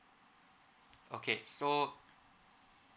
okay so